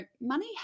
money